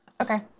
Okay